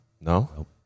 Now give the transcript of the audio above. no